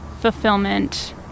fulfillment